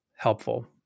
Helpful